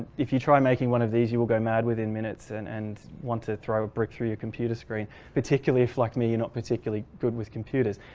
if you try making one of these you will go mad within minutes and and want to throw a brick through your computer screen, particularly if like me, you're not particularly good with computers.